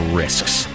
risks